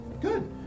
Good